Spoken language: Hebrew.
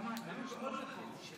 היו בעוד מקומות.